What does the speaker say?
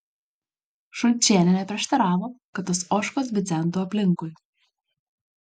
šulčienė neprieštaravo kad tos ožkos bidzentų aplinkui